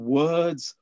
words